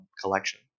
collection